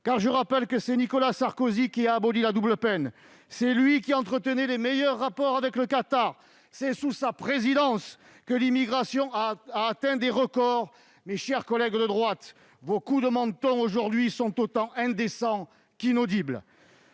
davantage, car c'est Nicolas Sarkozy qui a aboli la double peine ; c'est lui qui entretenait les meilleurs rapports avec le Qatar ; c'est sous sa présidence que l'immigration a battu des records. Mes chers collègues de droite, vos coups de menton d'aujourd'hui sont aussi indécents qu'inaudibles.